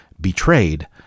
Betrayed